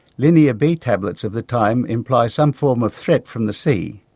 linear b tablets of the time imply some form of threat from the sea.